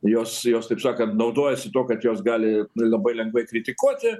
jos jos taip sakant naudojasi tuo kad jos gali labai lengvai kritikuoti